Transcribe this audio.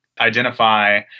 identify